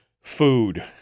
food